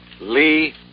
Lee